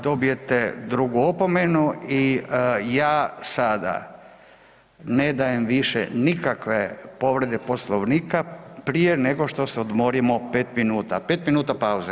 Dobijete drugu opomenu i ja sada ne dajem više nikakve povrede Poslovnika prije nego što se ne odmorimo 5 minuta, 5 minuta pauze.